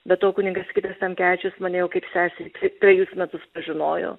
be to kunigas sigitas tamkevičius mane jau kaip seserį trejus metus pažinojo